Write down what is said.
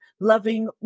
loving